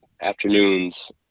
afternoons